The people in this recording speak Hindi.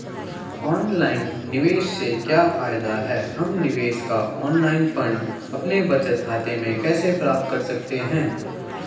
ऑनलाइन निवेश से क्या फायदा है हम निवेश का ऑनलाइन फंड अपने बचत खाते में कैसे प्राप्त कर सकते हैं?